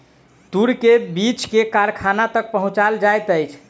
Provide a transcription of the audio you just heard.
तूर के बीछ के कारखाना तक पहुचौल जाइत अछि